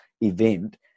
event